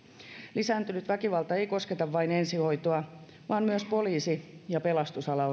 lisääntynyt väkivalta ei kosketa vain ensihoitoa vaan myös poliisi ja pelastusala